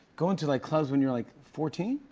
going to like clubs when you were like fourteen,